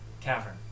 cavern